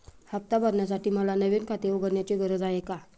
हफ्ता भरण्यासाठी मला नवीन खाते उघडण्याची गरज आहे का?